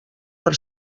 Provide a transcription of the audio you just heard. per